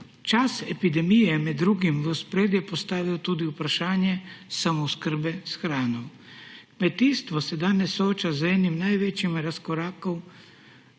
Čas epidemije je med drugim v ospredje postavil tudi vprašanje samooskrbe s hrano. Kmetijstvo se danes sooča z enim največjih razkorakov